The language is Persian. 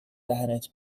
دهنت